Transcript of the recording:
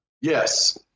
Yes